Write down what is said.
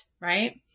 right